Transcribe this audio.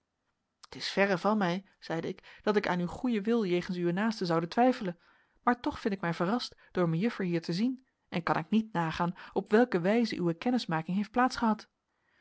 t is verre van mij zeide ik dat ik aan uw goeden wil jegens uwe naasten zoude twijfelen maar toch vind ik mij verrast door mejuffer hier te zien en kan ik niet nagaan op welke wijze uwe kennismaking heeft